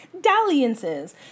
Dalliances